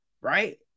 right